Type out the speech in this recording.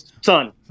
son